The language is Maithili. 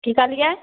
की कहलियै